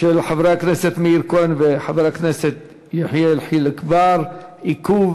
חבר הכנסת מאיר כהן וחבר הכנסת יחיאל חיליק בר: עיכוב